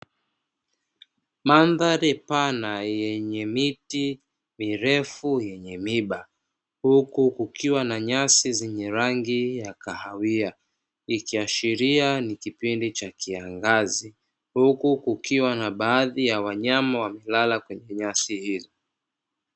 Mandhali pana yenye miti mirefu yenye miba, huku kukiwa na nyasi zenye rangi ya kahawia, ikiashiria ni kipindi cha kiangazi, huku kukiwa na baadhi ya wanyama wamelakla kwenye nyasi hizo.